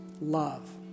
love